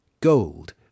gold